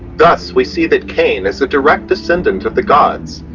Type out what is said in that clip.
thus we see that cain is a direct descendant of the gods,